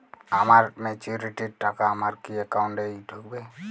আমার ম্যাচুরিটির টাকা আমার কি অ্যাকাউন্ট এই ঢুকবে?